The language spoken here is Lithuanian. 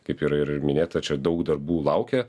kaip ir ir minėta čia daug darbų laukia